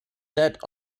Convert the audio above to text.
set